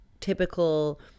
Typical